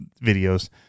videos